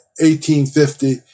1850